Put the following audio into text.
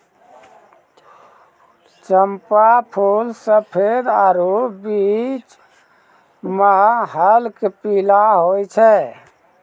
चंपा फूल सफेद आरु बीच मह हल्क पीला होय छै